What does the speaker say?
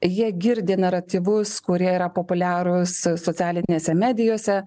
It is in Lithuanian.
jie girdi naratyvus kurie yra populiarūs socialinėse medijose